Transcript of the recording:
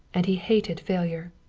and he hated failure.